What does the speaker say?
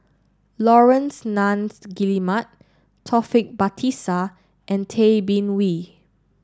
Laurence Nunns Guillemard Taufik Batisah and Tay Bin Wee